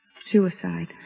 Suicide